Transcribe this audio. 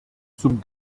zum